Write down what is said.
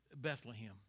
Bethlehem